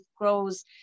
grows